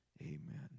Amen